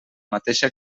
mateixa